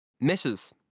Misses